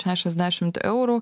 šešiasdešimt eurų